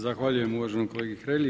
Zahvaljujem uvaženom kolegi Hrelji.